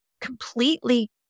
completely